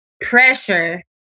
pressure